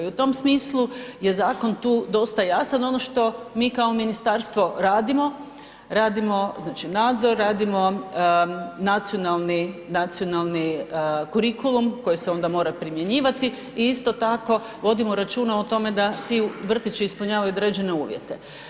I u tom smislu je zakon tu dosta jasan ono što mi kao ministarstvo radimo, radimo znači nadzor, radimo nacionalni, nacionalni kurikulum koji se onda mora primjenjivati i isto tako vodimo računa o tome da ti vrtići ispunjavaju određene uvjete.